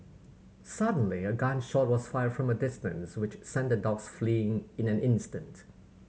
suddenly a gun shot was fired from a distance which sent the dogs fleeing in an instant